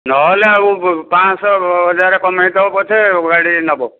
ନହେଲେ ଆଉ ପାଞ୍ଚ ଶହ ହଜାରେ କମେଇ ଦେବ ପଛେ ଗାଡ଼ି ନେବ